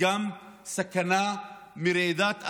גם סכנה מרעידת אדמה,